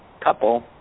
couple